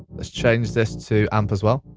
let's change this to amp as well.